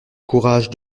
courage